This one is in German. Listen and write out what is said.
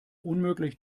unmöglich